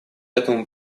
этому